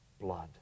blood